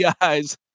guys